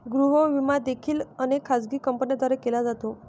गृह विमा देखील अनेक खाजगी कंपन्यांद्वारे केला जातो